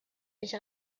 mich